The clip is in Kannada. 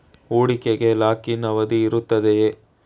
ಹೂಡಿಕೆಗೆ ಲಾಕ್ ಇನ್ ಅವಧಿ ಇರುತ್ತದೆಯೇ?